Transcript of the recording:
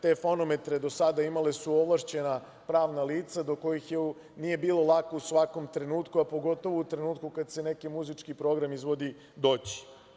Te fonometre do sada imala su ovlašćena pravna lica do kojih nije bilo lako u svakom trenutku, a pogotovo u trenutku kada se neki muzički program izvodi, doći.